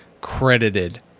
credited